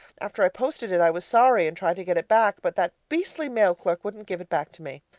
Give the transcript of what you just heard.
after i posted it i was sorry, and tried to get it back, but that beastly mail clerk wouldn't give it back to me.